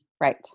Right